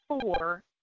four